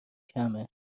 کمه